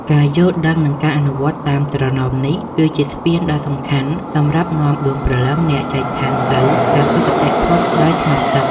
ការយល់ដឹង និងការអនុវត្តតាមត្រណមនេះ គឺជាស្ពានដ៏សំខាន់សម្រាប់នាំដួងព្រលឹងអ្នកចែកឋានទៅកាន់សុគតិភពដោយស្ងប់សុខ។